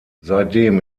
seitdem